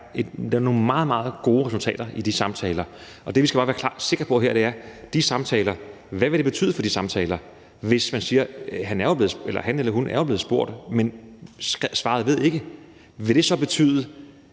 der er nogle meget, meget gode resultater i de samtaler. Det, vi bare skal være sikre på her, er, hvad det vil betyde for de samtaler, hvis man siger, at han eller hun er blevet spurgt, men svarede ved ikke. Vil det så betyde,